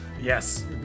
Yes